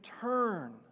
turn